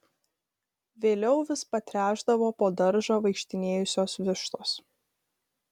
vėliau vis patręšdavo po daržą vaikštinėjusios vištos